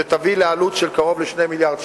שתביא לעלות של קרוב ל-2 מיליארדי שקל,